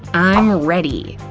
i'm ready.